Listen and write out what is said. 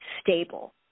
stable